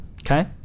Okay